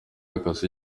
yakase